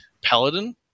paladin